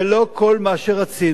זה לא כל מה שרצינו,